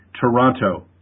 Toronto